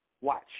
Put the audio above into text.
Watch